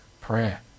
prayer